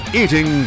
eating